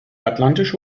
atlantische